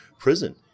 Prison